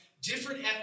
different